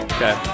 Okay